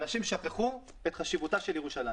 אנשים שכחו את חשיבותה של ירושלים.